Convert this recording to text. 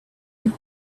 had